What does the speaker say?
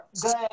good